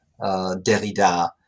Derrida